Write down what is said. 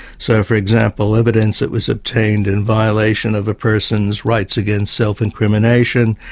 so for example, evidence that was obtained in violation of a person's rights against self-incrimination,